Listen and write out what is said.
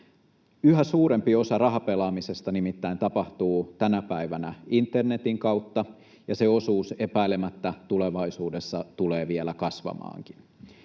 Yhä suurempi osa rahapelaamisesta nimittäin tapahtuu tänä päivänä internetin kautta, ja se osuus epäilemättä tulevaisuudessa tulee vielä kasvamaankin.